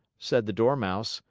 said the dormouse.